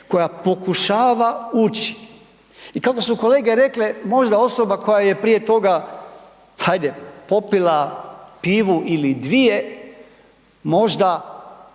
koja pokušava ući i kako su kolege rekle možda osoba koja je prije toga hajde popila pivu ili dvije, možda